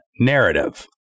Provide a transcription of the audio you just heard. narrative